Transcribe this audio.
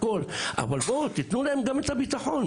אבל תתנו להם גם את הביטחון.